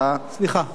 הספתח שלי,